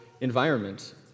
environment